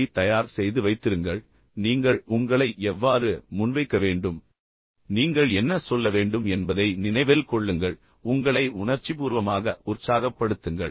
யை தயார் செய்து வைத்திருங்கள் பின்னர் நீங்கள் உங்களை எவ்வாறு முன்வைக்க வேண்டும் என்பதை நினைவில் கொள்ளுங்கள் நீங்கள் என்ன சொல்ல வேண்டும் என்பதை நினைவில் கொள்ளுங்கள் பின்னர் உங்களை உணர்ச்சிபூர்வமாக உற்சாகப்படுத்துங்கள்